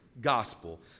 gospel